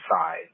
side